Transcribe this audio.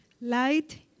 Light